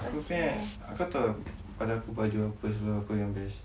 aku punya kau tahu pada aku baju apa seluar apa yang best